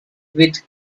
with